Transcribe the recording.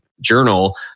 journal